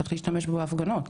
צריך להשתמש בו בהפגנות?